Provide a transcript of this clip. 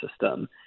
system